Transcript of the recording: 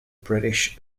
british